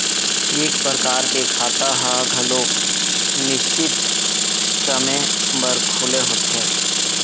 ए परकार के खाता ह घलोक निस्चित समे बर खुले होथे